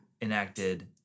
enacted